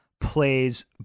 plays